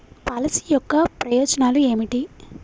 Policy యొక్క ప్రయోజనాలు ఏమిటి?